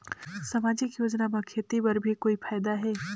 समाजिक योजना म खेती बर भी कोई फायदा है?